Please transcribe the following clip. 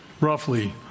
roughly